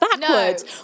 backwards